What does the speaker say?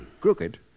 Crooked